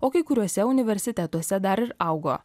o kai kuriuose universitetuose dar ir augo